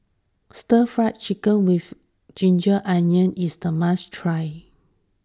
Stir Fried Chicken with Ginger Onions is a must try